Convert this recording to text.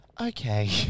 Okay